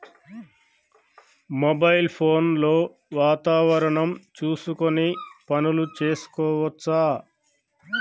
Mobile phone లో వాతావరణం చూసుకొని పనులు చేసుకోవచ్చా?